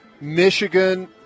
Michigan